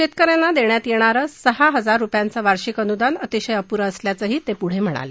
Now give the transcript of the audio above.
शेतक यांना देण्यात येणारं सहा हजार रुपयांचं वार्षिक अनुदान अतिशय अपुरं असल्याचंही ते पुढे म्हणाले